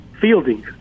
fielding